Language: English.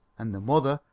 and the mother,